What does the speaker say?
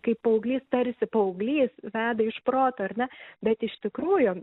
kai paauglys tarsi paauglys veda iš proto ar ne bet iš tikrųjų